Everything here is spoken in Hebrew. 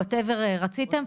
whatever רציתם.